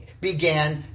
began